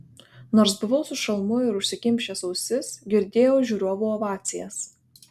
nors buvau su šalmu ir užsikimšęs ausis girdėjau žiūrovų ovacijas